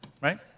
right